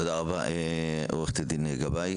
תודה רבה, עורכת הדין גבאי.